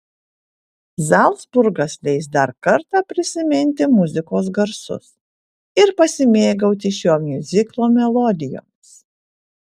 zalcburgas leis dar kartą prisiminti muzikos garsus ir pasimėgauti šio miuziklo melodijomis